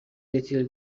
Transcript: little